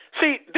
See